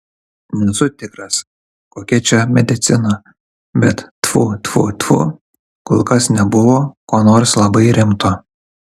nesu tikras kokia čia medicina bet tfu tfu tfu kol kas nebuvo ko nors labai rimto